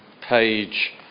page